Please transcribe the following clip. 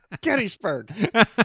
Gettysburg